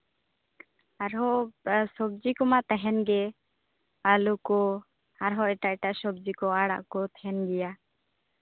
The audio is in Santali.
ᱟᱨᱦᱚᱸ ᱥᱚᱵᱡᱤ ᱠᱚᱢᱟ ᱛᱟᱦᱮᱱ ᱜᱮ ᱟᱹᱞᱩ ᱠᱚ ᱟᱨᱦᱚᱸ ᱮᱴᱟᱜ ᱮᱴᱟᱜ ᱥᱚᱵᱡᱤ ᱠᱚ ᱟᱲᱟᱜ ᱠᱚ ᱛᱟᱦᱮᱱ ᱜᱮᱭᱟ